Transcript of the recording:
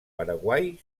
paraguai